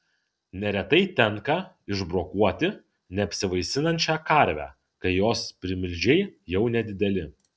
neretai tenka išbrokuoti neapsivaisinančią karvę kai jos primilžiai jau nedideli